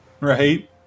Right